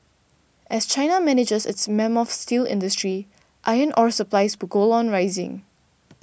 as China manages its mammoth steel industry iron ore supplies will go on rising